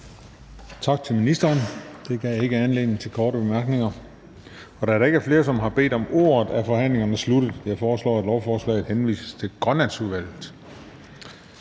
Tak til ministeren. Det gav ikke anledning til korte bemærkninger. Da der ikke er flere, som har bedt om ordet, er forhandlingerne sluttet. Jeg foreslår, at lovforslaget henvises til Grønlandsudvalget.